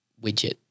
widget